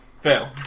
Fail